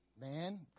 Man